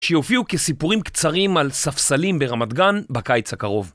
שיופיעו כסיפורים קצרים על ספסלים ברמת גן בקיץ הקרוב.